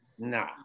No